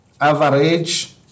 average